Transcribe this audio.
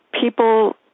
people